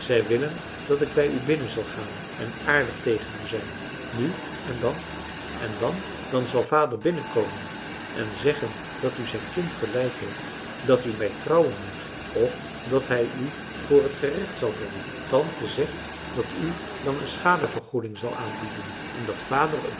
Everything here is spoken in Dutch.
zij willen dat ik bij u binnen zal gaan en aardig tegen u zijn nu en dan en dan dan zal vader binnenkomen en zeggen dat u zijn kind verleid heeft dat u mij trouwen moet of dat hij u voor het gerecht zal brengen tante zegt dat u dan een schadevergoeding zal aanbieden en dat vader